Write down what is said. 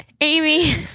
Amy